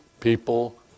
people